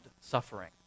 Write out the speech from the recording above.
suffering